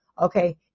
okay